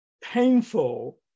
painful